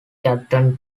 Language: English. captain